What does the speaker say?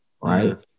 right